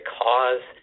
cause